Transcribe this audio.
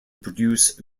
produce